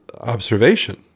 observation